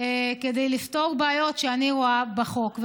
כדי לפתור בעיות שאני רואה בחוק,